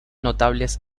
notables